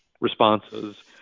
responses